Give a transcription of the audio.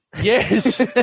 Yes